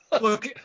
Look